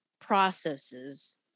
processes